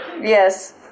Yes